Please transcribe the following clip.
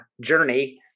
Journey